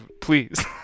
please